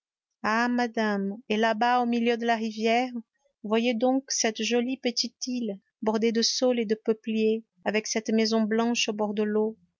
ah madame et là-bas au milieu de la rivière voyez donc cette jolie petite île bordée de saules et de peupliers avec cette maison blanche au bord de l'eau